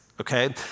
Okay